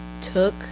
took